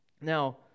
Now